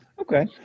Okay